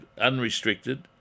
unrestricted